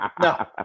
No